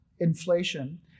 inflation